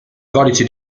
codice